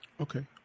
Okay